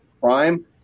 crime